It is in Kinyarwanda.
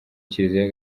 kiliziya